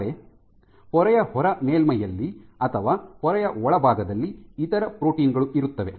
ಆದರೆ ಪೊರೆಯ ಹೊರ ಮೇಲ್ಮೈಯಲ್ಲಿ ಅಥವಾ ಪೊರೆಯ ಒಳಭಾಗದಲ್ಲಿ ಇತರ ಪ್ರೋಟೀನ್ ಗಳು ಇರುತ್ತವೆ